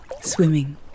Swimming